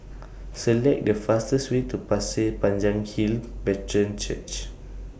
Select The fastest Way to Pasir Panjang Hill Brethren Church